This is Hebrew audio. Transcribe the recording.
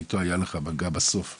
ואיתו היה לך מגע בסוף ,